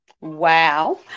Wow